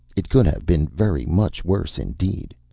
it could have been very much worse indeed,